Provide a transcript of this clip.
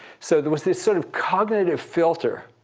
so there was this sort of cognitive filter,